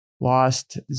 lost